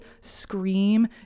scream